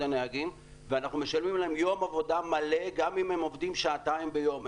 הנהגים ואנחנו משלמים להם יום עבודה מלא גם אם הם עובדים שעתיים ביום.